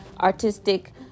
artistic